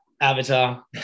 avatar